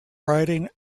riding